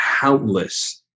countless